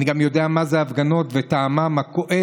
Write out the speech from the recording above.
אני גם יודע מה זה הפגנות וטעמן הכואב,